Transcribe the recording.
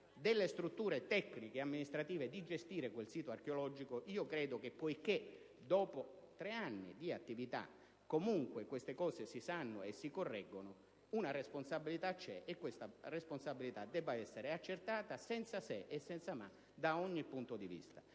delle strutture tecniche e amministrative di gestire quel sito archeologico, io ritengo che, poiché dopo tre anni di attività, comunque, tali fatti sono noti e si correggono, una responsabilità ci sia e che essa debba essere accertata senza se e senza ma, da ogni punto di vista.